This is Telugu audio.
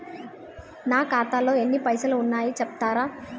నా ఖాతాలో ఎన్ని పైసలు ఉన్నాయి చెప్తరా?